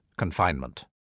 confinement